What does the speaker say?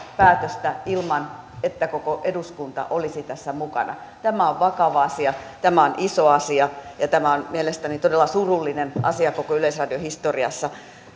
päätöstä ilman että koko eduskunta olisi tässä mukana tämä on vakava asia tämä on iso asia ja tämä on mielestäni todella surullinen asia koko yleisradion historiassa